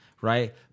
right